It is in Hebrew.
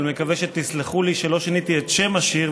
אבל מקווה שתסלחו לי שלא שיניתי את שם השיר,